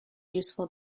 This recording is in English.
useful